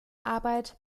arbeit